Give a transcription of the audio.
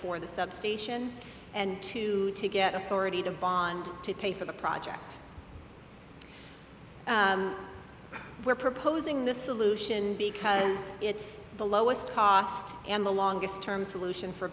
for the substation and two to get authority to bond to pay for the project we're proposing the solution because it's the lowest cost and the longest term solution for